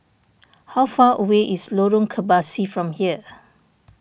how far away is Lorong Kebasi from here